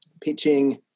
pitching